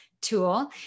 tool